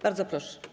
Bardzo proszę.